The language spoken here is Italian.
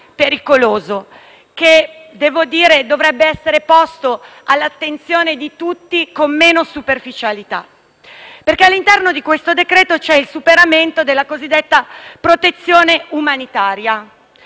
pericoloso, che dovrebbe essere posto all'attenzione di tutti con meno superficialità. All'interno di questo decreto-legge, infatti, c'è il superamento della cosiddetta protezione umanitaria,